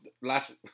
last